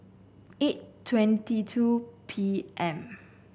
eight twenty two P M